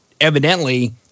evidently